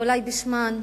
אדוני היושב-ראש,